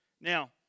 Now